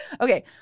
Okay